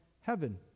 heaven